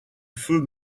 feu